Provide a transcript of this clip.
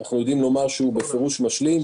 אנחנו יודעים לומר שהוא בפירוש משלים,